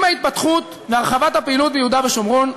עם ההתפתחות בהרחבת הפעילות ביהודה ושומרון,